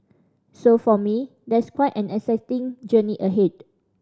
so for me there's quite an exciting journey